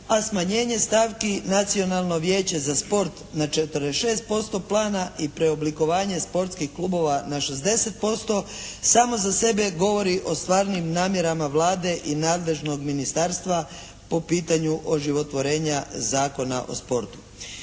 a smanjenje stavki Nacionalno vijeće za sport na 46% plana i preoblikovanje sportskih klubova na 60% samo za sebe govori o stvarnim namjerama Vlade i nadležnog ministarstva po pitanju oživotvorenja Zakona o sportu.